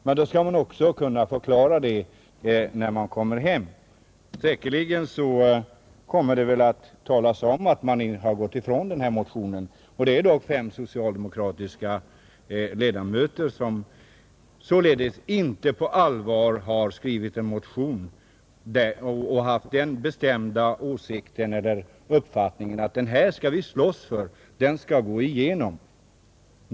Men då skall man också kunna förklara det när man kommer hem. Säkerligen kommer det att talas om att man gått ifrån motionen. Det är dock fem socialdemokratiska ledamöter som således skrivit denna motion utan att mena allvar och utan att ha den bestämda uppfattningen att de skall slåss för att förslaget skall gå igenom.